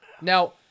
Now